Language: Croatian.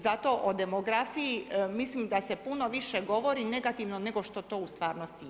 Zato o demografiji mislim da se puno više govori negativno nego što to u stvarnosti jest.